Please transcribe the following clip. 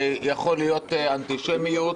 יכול להיות אנטישמיות,